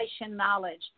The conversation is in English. knowledge